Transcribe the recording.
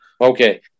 Okay